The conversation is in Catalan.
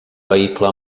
vehicle